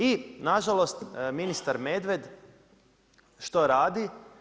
I nažalost ministar Medved što radi?